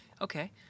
Okay